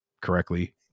correctly